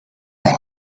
know